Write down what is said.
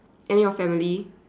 and your family